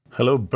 Hello